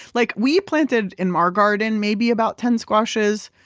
like we planted in our garden maybe about ten squashes,